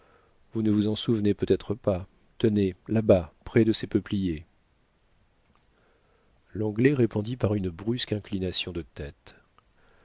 vous ne vous en souvenez peut-être pas tenez là-bas près de ces peupliers l'anglais répondit par une brusque inclination de tête